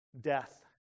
death